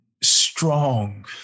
strong